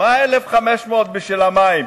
מה 1,500 בשביל המים?